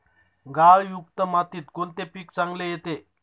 गाळयुक्त मातीत कोणते पीक चांगले येते?